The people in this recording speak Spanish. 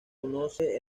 conoce